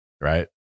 Right